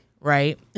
right